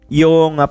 yung